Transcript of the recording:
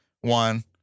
one